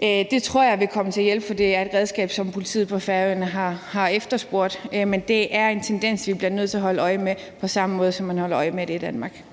Det tror jeg vil blive til hjælp, for det er et redskab, som politiet på Færøerne har efterspurgt. Men det er en tendens, vi bliver nødt til at holde øje med, på samme måde som man holder øje med det i Danmark.